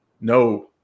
No